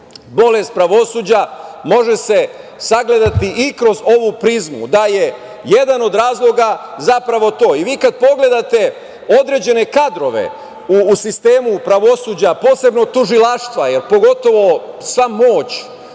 bolest pravosuđa može se sagledati i kroz ovu prizmu, da je jedan od razloga zapravo to. Vi kada pogledate određene kadrove u sistemu pravosuđa, posebno tužilaštva, jer pogotovo sva moć